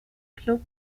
club